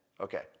Okay